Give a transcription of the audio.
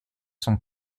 son